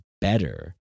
better